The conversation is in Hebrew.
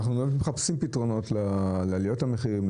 אנחנו באמת מחפשים פתרונות לעליות המחירים,